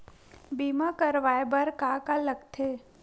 बीमा करवाय बर का का लगथे?